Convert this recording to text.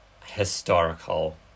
historical